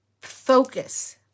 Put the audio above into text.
focus